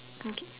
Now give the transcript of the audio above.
okay